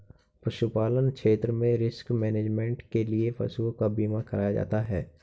पशुपालन क्षेत्र में रिस्क मैनेजमेंट के लिए पशुओं का बीमा कराया जाता है